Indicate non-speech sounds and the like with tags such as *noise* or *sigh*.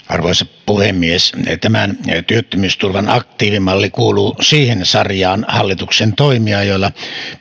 *unintelligible* arvoisa puhemies tämä työttömyysturvan aktiivimalli kuuluu siihen sarjaan hallituksen toimia joilla